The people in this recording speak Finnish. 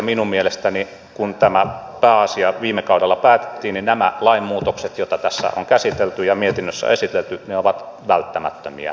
minun mielestäni kun tämä pääasia viime kaudella päätettiin nämä lainmuutokset joita tässä on käsitelty ja mietinnössä esitelty ovat välttämättömiä kaikkien edun kannalta